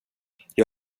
jag